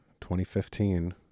2015